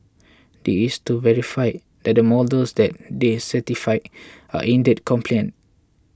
this to verify that the models that they certified are indeed compliant